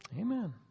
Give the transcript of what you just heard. Amen